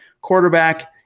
quarterback